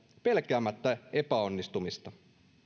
pelkäämättä epäonnistumista